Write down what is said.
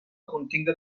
continga